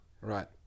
Right